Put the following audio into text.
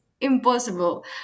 impossible